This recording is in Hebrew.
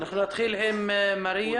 מריה